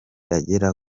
agera